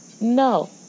No